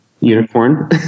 unicorn